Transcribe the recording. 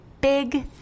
Big